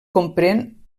comprèn